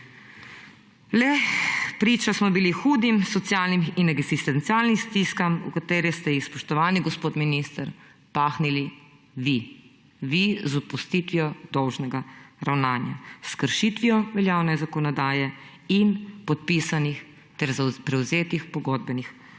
Le priča smo bili hudim socialnim in eksistencialnim stiskam, v katere ste jih, spoštovani gospod minister, pahnili vi; vi, z odpustitvijo dolžnega ravnanja, s kršitvijo veljavne zakonodaje in podpisanih ter prevzetih pogodbenih obveznosti.